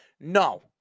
No